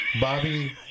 Bobby